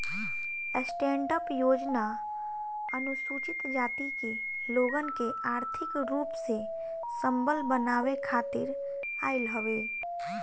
stand up योजना अनुसूचित जाति के लोगन के आर्थिक रूप से संबल बनावे खातिर आईल हवे